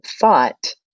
thought